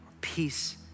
peace